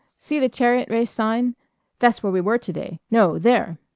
see the chariot race sign there's where we were to-day. no, there!